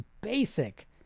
basic